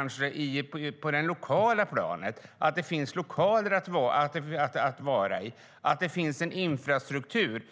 exempel lokaler och infrastruktur.